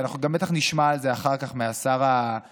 ואנחנו גם בטח נשמע על זה אחר כך מהשר המקשר,